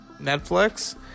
Netflix